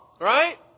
right